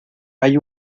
hay